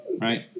right